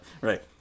Right